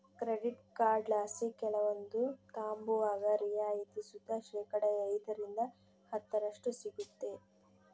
credit ಕಾರ್ಡ್ಲಾಸಿ ಕೆಲವೊಂದು ತಾಂಬುವಾಗ ರಿಯಾಯಿತಿ ಸುತ ಶೇಕಡಾ ಐದರಿಂದ ಹತ್ತರಷ್ಟು ಸಿಗ್ತತೆ